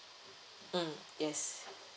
mm yes